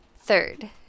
Third